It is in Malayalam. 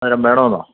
മധുരം വേണമെന്നോ